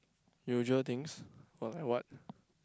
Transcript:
usual things but like what